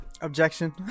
Objection